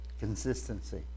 Consistency